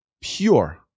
Pure